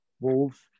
Wolves